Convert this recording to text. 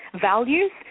values